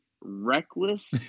reckless